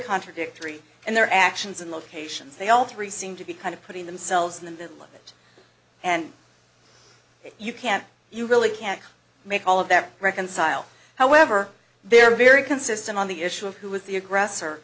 contradictory and their actions in locations they all three seem to be kind of putting themselves in the middle of it and you can't you really can't make all of that reconcile however they're very consistent on the issue of who was the aggressor